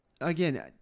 again